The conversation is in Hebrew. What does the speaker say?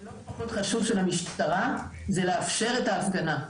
לא פחות חשוב שלמשטרה זה לאפשר את ההפגנה,